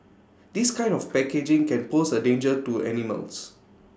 this kind of packaging can pose A danger to animals